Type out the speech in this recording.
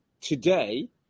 today